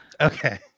Okay